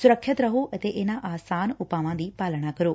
ਸੁਰੱਖਿਅਤ ਰਹੋ ਅਤੇ ਇਨ੍ਪਾ ਆਸਾਨ ਉਪਾਵਾਂ ਦੀ ਪਾਲਣਾ ਕਰੋ